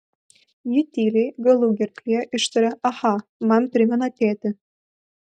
ji tyliai galugerklyje ištaria aha man primena tėtį